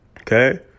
okay